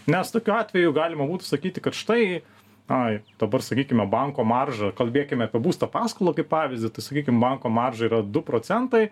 nes tokiu atveju galima būtų sakyti kad štai ai dabar sakykime banko marža kalbėkime apie būsto paskolą kaip pavyzdį tai sakykim banko marža yra du procentai